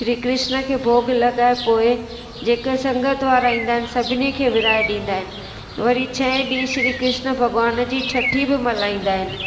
श्री कृष्ण खे भोॻ लॻाए पोइ जेके संगति वारा ईंदा आहिनि सभिनी खे विरिहाए ॾींदा आहिनि वरी छहें ॾींहुं श्री कृष्ण भॻवान जी छठी बि मलाईंदा आहिनि